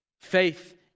faith